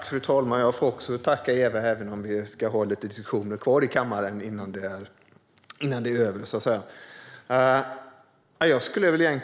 Fru talman! Jag får också tacka Eva, även om vi har några diskussioner kvar i kammaren innan det så att säga är över.